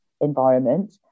environment